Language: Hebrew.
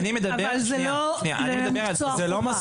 זה לא מספיק.